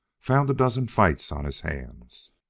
found a dozen fights on his hands.